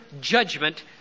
judgment